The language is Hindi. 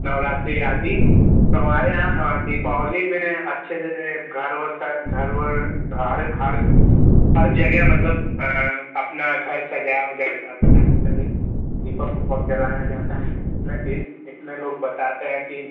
नवरात्रि आदि तो हमारे यहाँ दीपावली में अच्छे से घर वर घर वर हर हर हर जगह मतलब अपना घर सजाया ओजाया जाता है हर तरह दीपक ओपक जलाया जाता है इसमें इस इसमें लोग बताते हैं कि